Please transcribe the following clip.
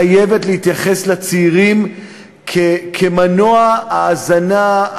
חייבת להתייחס לצעירים כאל מנוע ההזנה,